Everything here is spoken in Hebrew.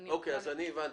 הבנתי.